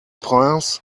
prince